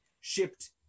shipped